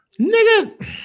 nigga